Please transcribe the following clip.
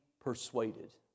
persuaded